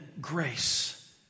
grace